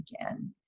again